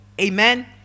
Amen